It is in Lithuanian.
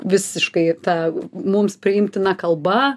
visiškai ta mums priimtina kalba